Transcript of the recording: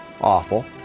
Awful